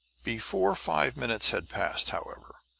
before five minutes had passed, however,